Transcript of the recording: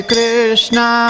Krishna